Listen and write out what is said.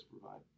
provide